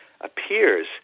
appears